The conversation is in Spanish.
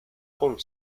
con